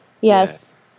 Yes